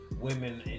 women